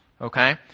okay